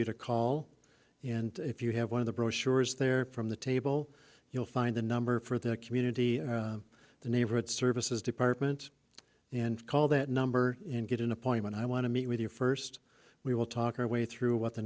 you to call in if you have one of the brochures there from the table you'll find the number for the community the neighborhood services department and call that number and get an appointment i want to meet with you first we will talk our way through what the